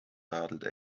radelte